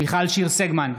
מיכל שיר סגמן,